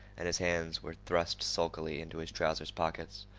and his hands were thrust sulkily into his trouser's pockets.